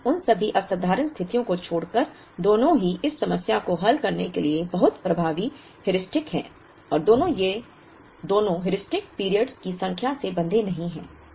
लेकिन उन सभी असाधारण स्थितियों को छोड़कर दोनों ही इस समस्या को हल करने के लिए बहुत प्रभावी हेयूरिस्टिक्स हैं और ये दोनों हीरॉस्टिक पीरियड्स की संख्या से बंधे नहीं हैं